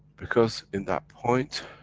because, in that point,